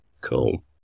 Cool